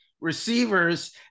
receivers